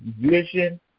vision